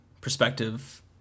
perspective